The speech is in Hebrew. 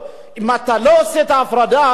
אם אתה לא עושה את ההפרדה הזאת,